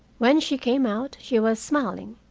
when she came out, she was smiling,